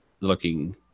looking